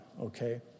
Okay